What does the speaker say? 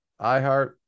iHeart